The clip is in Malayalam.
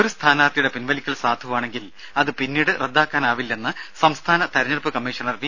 ഒരു സ്ഥാനാർത്ഥിയുടെ പിൻവലിക്കൽ സാധുവാണെങ്കിൽ അത് പിന്നീട് റദ്ദാക്കാനാവില്ലെന്ന് സംസ്ഥാന തെരഞ്ഞെടുപ്പ് കമ്മീഷണർ വി